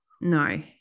No